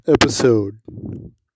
episode